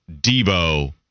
Debo